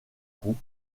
coûts